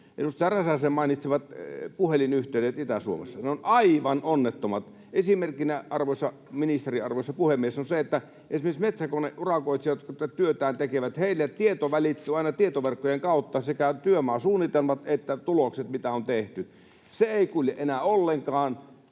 Räsäsen mainitsemat puhelinyhteydet Itä-Suomessa. Ne ovat aivan onnettomat. Esimerkkinä, arvoisa ministeri, arvoisa puhemies, on se, että esimerkiksi metsäkoneurakoitsijoille, kun he työtään tekevät, tieto välittyy aina tietoverkkojen kautta — sekä työmaasuunnitelmat että tulokset, mitä on tehty. Se ei kulje enää ollenkaan.